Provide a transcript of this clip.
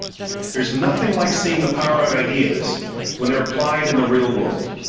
there's nothing like seeing the power of ideas when they are plied in the real world.